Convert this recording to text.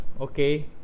Okay